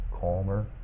calmer